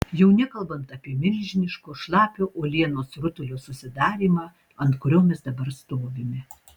jau nekalbant apie milžiniško šlapio uolienos rutulio susidarymą ant kurio mes dabar stovime